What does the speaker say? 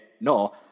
no